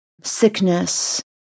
sickness